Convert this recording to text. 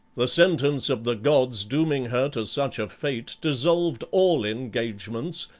the sentence of the gods dooming her to such a fate dissolved all engagements,